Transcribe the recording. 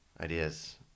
ideas